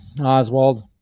Oswald